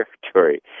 territory